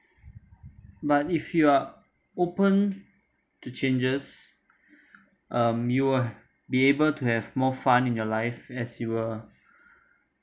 but if you are open to changes um you'll be able to have more fun in your life as you will